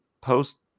post